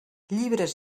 llibres